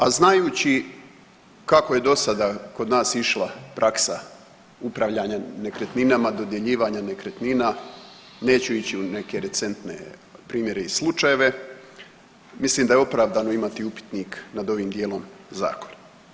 A znajući kako je dosada kod nas išla praksa upravljanja nekretninama, dodjeljivanja nekretnina, neću ići u neke recentne primjere i slučajeve mislim da je opravdano imati upitnik nad ovim dijelom zakona.